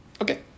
Okay